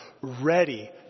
ready